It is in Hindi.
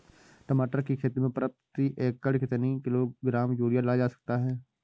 टमाटर की खेती में प्रति एकड़ कितनी किलो ग्राम यूरिया डाला जा सकता है?